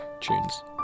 tunes